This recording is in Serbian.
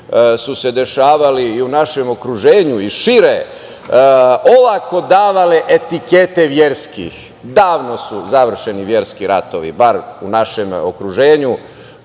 su se dešavali i u našem okruženju i šire olako davale etikete verskih. Davno su završeni verski ratovi, bar u našem okruženju